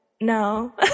no